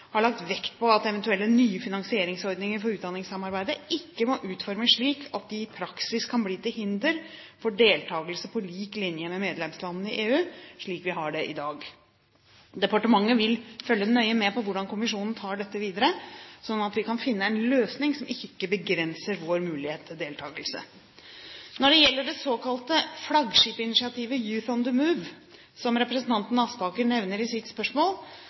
har lagt vekt på at eventuelle nye finansieringsordninger for utdanningssamarbeidet ikke må utformes slik at de i praksis kan bli til hinder for deltakelse på lik linje med medlemslandene i EU, slik vi har det i dag. Departementet vil følge nøye med på hvordan kommisjonen tar dette videre, sånn at vi kan finne en løsning som ikke begrenser vår mulighet til deltakelse. Når det gjelder det såkalte flaggskipsinitiativet Youth on the Move, som representanten Aspaker nevner i sitt spørsmål,